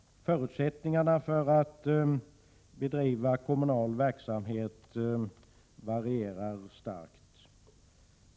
Förutsättningarna för att bedriva kommunal verksamhet varierar starkt.